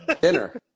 dinner